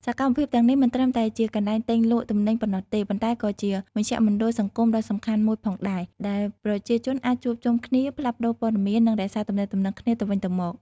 សកម្មភាពទាំងនេះមិនត្រឹមតែជាកន្លែងទិញលក់ទំនិញប៉ុណ្ណោះទេ ប៉ុន្តែក៏ជាមជ្ឈមណ្ឌលសង្គមដ៏សំខាន់មួយផងដែរ ដែលប្រជាជនអាចជួបជុំគ្នា ផ្លាស់ប្ដូរព័ត៌មាន និងរក្សាទំនាក់ទំនងគ្នាទៅវិញទៅមក។